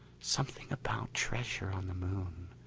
something about treasure on the moon.